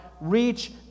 reach